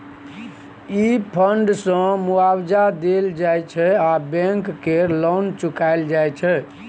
ई fund सँ मुआबजा देल जाइ छै आ बैंक केर लोन चुकाएल जाइत छै